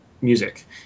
music